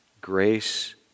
grace